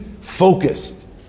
focused